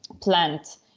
plant